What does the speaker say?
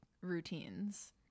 routines